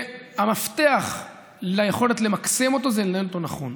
המפתח ליכולת למקסם אותו זה לנהל אותו נכון.